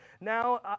Now